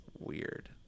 weird